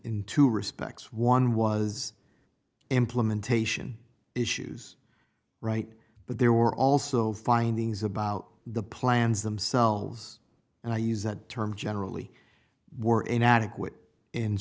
two respects one was implementation issues right but there were also findings about the plans themselves and i use that term generally were inadequate in